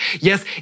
Yes